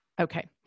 Okay